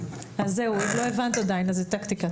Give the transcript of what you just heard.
עדיין עוד לא הבנתי מה זה טקטיקת